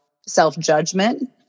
self-judgment